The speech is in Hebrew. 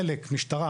חלק משטרה,